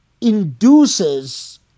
induces